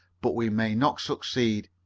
but we may not succeed.